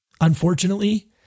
unfortunately